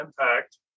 impact